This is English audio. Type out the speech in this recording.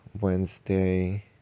Wednesday